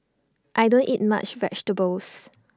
I don't eat much vegetables